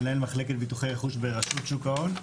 מנהל מחלקת ביטוחי רכוש ברשות שוק ההון,